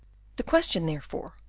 the question, therefore,